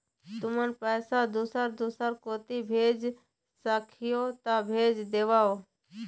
तुमन पैसा दूसर दूसर कोती भेज सखीहो ता भेज देवव?